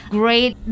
great